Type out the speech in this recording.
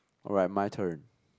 alright my turn